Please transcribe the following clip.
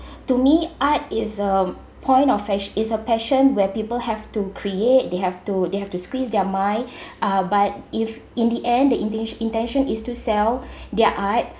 to me art is um point of fash~ is a passion where people have to create they have to they have to squeeze their mind uh but if in the end the intentio~ intention is to sell their art